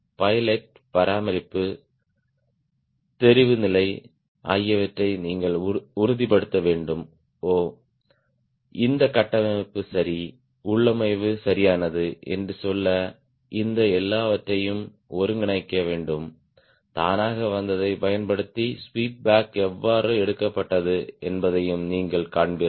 pilot பராமரிப்பு தெரிவுநிலை ஆகியவற்றை நீங்கள் உறுதிப்படுத்த வேண்டும் ஓ இந்த கட்டமைப்பு சரி உள்ளமைவு சரியானது என்று சொல்ல இந்த எல்லாவற்றையும் ஒருங்கிணைக்க வேண்டும் தானாக வந்ததைப் பயன்படுத்தி ஸ்வீப் பேக் எவ்வாறு எடுக்கப்பட்டது என்பதையும் நீங்கள் காண்பீர்கள்